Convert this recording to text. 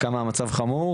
כמה המצב חמור,